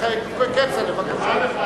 אחרי כצל'ה.